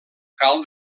cal